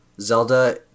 Zelda